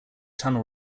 tunnel